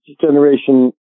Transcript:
generation